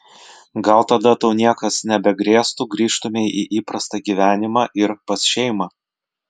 gal tada tau niekas nebegrėstų grįžtumei į įprastą gyvenimą ir pas šeimą